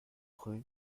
rue